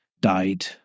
died